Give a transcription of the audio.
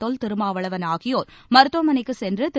தொல் திருமாவளவன் ஆகியோர் மருத்துவமனைக்குச் சென்று திரு